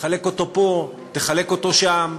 תחלק אותו פה, תחלק אותו שם.